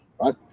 right